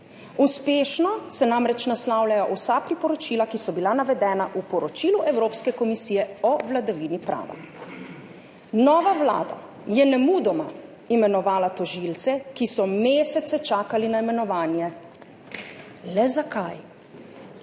Uspešno se namreč naslavljajo vsa priporočila, ki so bila navedena v poročilu Evropske komisije o vladavini prava. Nova vlada je nemudoma imenovala tožilce, ki so mesece čakali na imenovanje. Le zakaj?